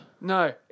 No